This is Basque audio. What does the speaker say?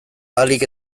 ahalik